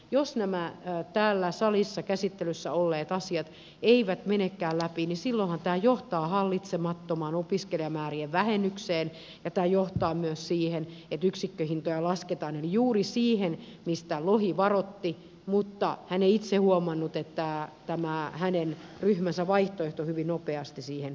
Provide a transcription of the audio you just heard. jos nämä täällä salissa käsittelyssä olleet asiat eivät menekään läpi niin silloinhan tämä johtaa hallitsemattomaan opiskelijamäärien vähennykseen ja tämä johtaa myös siihen että yksikköhintoja lasketaan eli juuri siihen mistä lohi varoitti mutta hän ei itse huomannut että tämä hänen ryhmänsä vaihtoehto hyvin nopeasti siihen johtaa